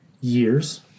years